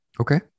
okay